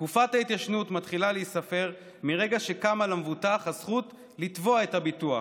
תקופת ההתיישנות מתחילה להיספר מרגע שקמה למבוטח הזכות לתבוע את הביטוח,